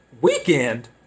weekend